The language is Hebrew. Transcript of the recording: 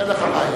אין לך בעיה.